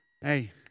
Hey